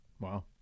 Wow